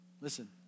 Listen